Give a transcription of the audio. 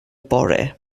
bore